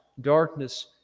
darkness